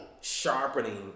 sharpening